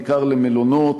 בעיקר למלונות,